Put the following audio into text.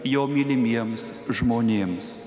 jo mylimiems žmonėms